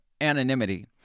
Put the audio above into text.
anonymity